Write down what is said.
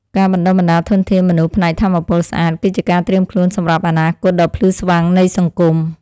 ការបណ្តុះបណ្តាលធនធានមនុស្សផ្នែកថាមពលស្អាត គឺជាការត្រៀមខ្លួនសម្រាប់អនាគតដ៏ភ្លឺស្វាងនៃសង្គម។